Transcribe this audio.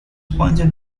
pointed